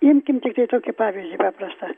imkim tiktai tokį pavyzdį paprastą